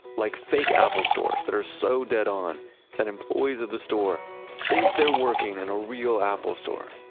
like fake apple stores that are so dead-on that employees of the store think they're working in a real apple store.